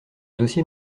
dossier